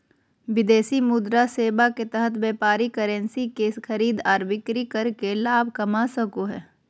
विदेशी मुद्रा सेवा के तहत व्यापारी करेंसी के खरीद आर बिक्री करके लाभ कमा सको हय